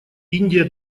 индия